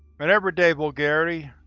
but everyday vulgarity,